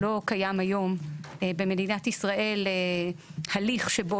לא קיים היום במדינת ישראל הליך שבו